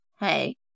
Hey